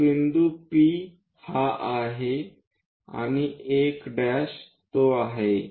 तर बिंदू P हा आहे आणि 1 तो आहे